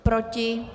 Proti?